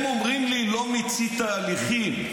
הם אומרים לי: לא מיצית הליכים.